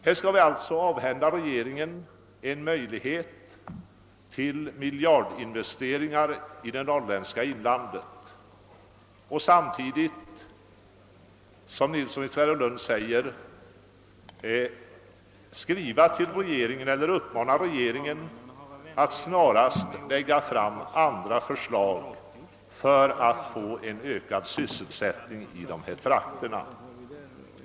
Här skulle vi alltså åvhända regeringen en möjlighet till en miljardinvestering i det norrländska inlandet och samtidigt — enligt herr Nilsson i Tvärålund — uppmana den att snarast lägga fram andra förslag för att få en ökad sysselsättning i dessa trakter.